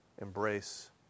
embrace